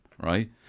right